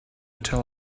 tell